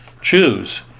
choose